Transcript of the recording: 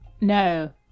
No